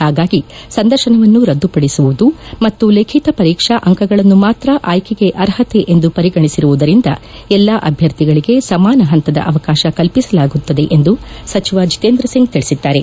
ಹಾಗಾಗಿ ಸಂದರ್ಶವನ್ನು ರದುಪಡಿಸುವುದು ಮತ್ತು ಲಿಖಿತ ಪರೀಕ್ಷಾ ಅಂಕಗಳನ್ನು ಮಾತ್ರ ಆಯ್ಕೆಗೆ ಅರ್ಷತೆ ಎಂದು ಪರಿಗಣಿಸಿರುವುದರಿಂದ ಎಲ್ಲಾ ಅಭ್ಯರ್ಥಿಗಳಿಗೆ ಸಮಾನ ಪಂತದ ಅವಕಾಶ ಕಲ್ಪಿಸಲಾಗುತ್ತದೆ ಎಂದು ಸಚಿವ ಜಿತೇಂದ್ರ ಸಿಂಗ್ ತಿಳಿಸಿದ್ದಾರೆ